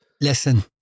Listen